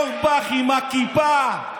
אורבך, אורבך עם הכיפה.